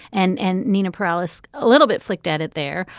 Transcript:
and and nina, paralysis a little bit flicked at it there.